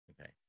Okay